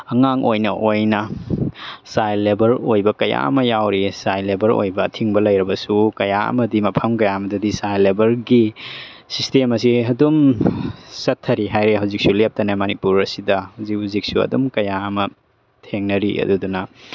ꯑꯉꯥꯡ ꯑꯣꯏꯅ ꯑꯣꯏꯅ ꯆꯥꯏꯜ ꯂꯦꯕꯔ ꯑꯣꯏꯕ ꯀꯌꯥ ꯑꯃ ꯌꯥꯎꯔꯤꯌꯦ ꯆꯥꯏꯜ ꯂꯦꯕꯔ ꯑꯣꯏꯕ ꯑꯊꯤꯡꯕ ꯂꯩꯔꯕꯁꯨ ꯀꯌꯥ ꯑꯃꯗꯤ ꯃꯐꯝ ꯀꯌꯥ ꯑꯃꯗꯗꯤ ꯆꯥꯏꯜ ꯂꯦꯕꯔꯒꯤ ꯁꯤꯁꯇꯦꯝ ꯑꯁꯦ ꯑꯗꯨꯝ ꯆꯠꯊꯔꯤ ꯍꯥꯏꯔꯦ ꯍꯧꯖꯤꯛꯁꯨ ꯂꯦꯞꯇꯅ ꯃꯅꯤꯄꯨꯔ ꯑꯁꯤꯗ ꯍꯧꯖꯤꯛ ꯍꯧꯖꯤꯛꯁꯨ ꯑꯗꯨꯝ ꯀꯌꯥ ꯑꯃ ꯊꯦꯡꯅꯔꯤ ꯑꯗꯨꯗꯨꯅ